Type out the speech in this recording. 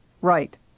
right